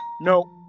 No